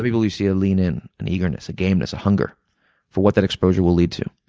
people, you see a lean in an eagerness, a gameness, a hunger for what that exposure will lead to.